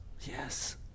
Yes